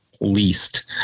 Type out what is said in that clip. least